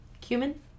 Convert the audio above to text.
Cumin